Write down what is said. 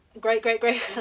Great-great-great